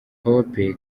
hope